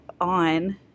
on